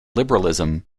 liberalism